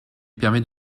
permet